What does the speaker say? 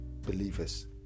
believers